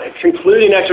concluding